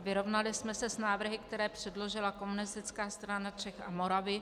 Vyrovnali jsme se s návrhy, které předložila Komunistická strana Čech a Moravy.